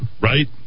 right